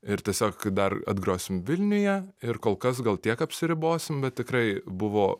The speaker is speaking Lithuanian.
ir tiesiog dar atgrosim vilniuje ir kol kas gal tiek apsiribosim bet tikrai buvo